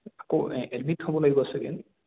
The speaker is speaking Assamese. আকৌ এডমিট হ'ব লাগিব চাগে